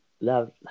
Love